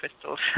crystals